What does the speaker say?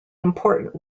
important